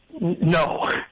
No